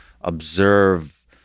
observe